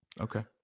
Okay